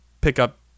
pickup